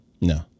No